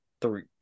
three